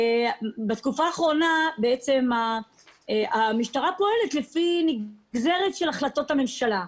בתקופה האחרונה המשטרה פועלת לפי החלטות הממשלה.